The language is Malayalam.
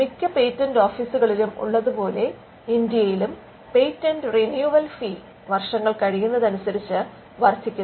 മിക്ക പേറ്റന്റ് ഓഫീസുകളിൽ ഉള്ളതുപോലെ ഇന്ത്യയിലും പേറ്റന്റ് റിന്യൂവൽ ഫീ വർഷങ്ങൾ കഴിയുന്നതനുസരിച്ച് വർദ്ധിക്കുന്നു